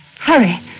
Hurry